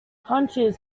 hunches